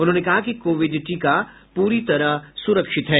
उन्होंने कहा कि कोविड टीका पूरी तरह सुरक्षित है